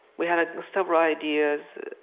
we had several ideas.